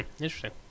interesting